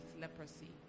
leprosy